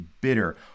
bitter